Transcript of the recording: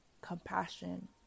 compassion